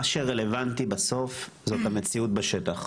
שרלוונטי בסוף זאת המציאות בשטח,